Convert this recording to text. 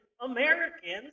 Americans